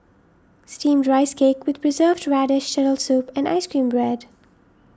Steamed Rice Cake with Preserved Radish Turtle Soup and Ice Cream Bread